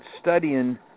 studying